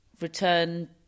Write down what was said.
return